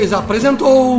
apresentou